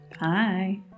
Bye